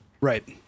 Right